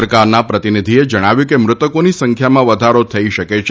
સરકારનાં પ્રતિનિધિએ જણાવ્યું કે મૃતકોની સંખ્યામાં વધારો થઇ શકે છે